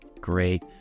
Great